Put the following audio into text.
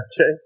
Okay